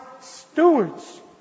stewards